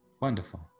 Wonderful